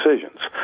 decisions